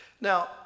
Now